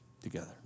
together